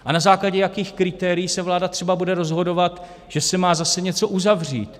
A na základě jakých kritérií se vláda třeba bude rozhodovat, že se má zase něco uzavřít?